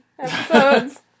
episodes